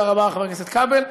מה אמרתי?